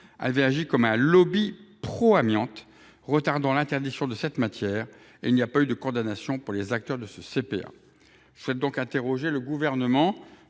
avait agi comme un lobby pro amiante retardant l’interdiction de cette matière, il n’y a pas eu de condamnations pour les acteurs de ce dernier. Le Gouvernement